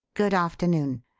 good afternoon.